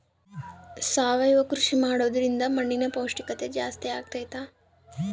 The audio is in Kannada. ಸಾವಯವ ಕೃಷಿ ಮಾಡೋದ್ರಿಂದ ಮಣ್ಣಿನ ಪೌಷ್ಠಿಕತೆ ಜಾಸ್ತಿ ಆಗ್ತೈತಾ?